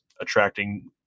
attracting